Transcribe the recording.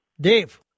Dave